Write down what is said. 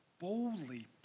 boldly